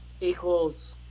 equals